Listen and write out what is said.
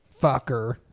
fucker